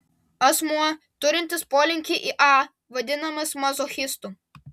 asmuo turintis polinkį į a vadinamas mazochistu